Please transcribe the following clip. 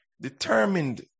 determined